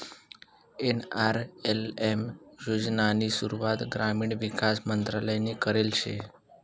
NRLM योजनानी सुरुवात ग्रामीण विकास मंत्रालयनी करेल शे